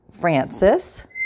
Francis